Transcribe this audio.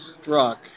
struck